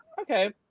Okay